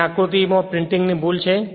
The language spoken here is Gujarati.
અહીં આકૃતિમાં પ્રિન્ટિંગ ની ભૂલ છે